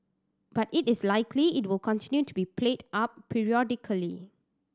but it is likely it will continue to be played up periodically